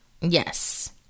Yes